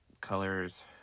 colors